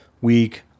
week